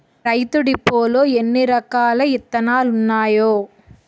రైతు డిపోలో ఎన్నిరకాల ఇత్తనాలున్నాయో